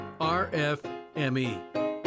RFME